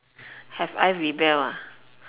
have I rebel ah